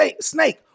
snake